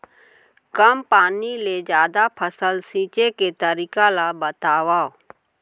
कम पानी ले जादा फसल सींचे के तरीका ला बतावव?